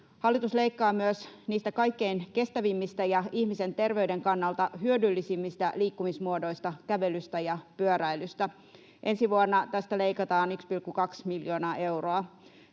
Hallitus leikkaa myös niistä kaikkein kestävimmistä ja ihmisen terveyden kannalta hyödyllisimmistä liikkumismuodoista: kävelystä ja pyöräilystä. Ensi vuonna näistä leikataan 1,2 miljoonaa euroa.